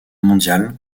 mondiale